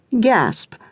Gasp